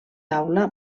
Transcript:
taula